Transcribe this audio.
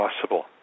possible